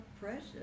precious